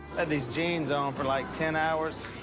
and these jeans on for, like, ten hours.